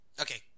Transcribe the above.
Okay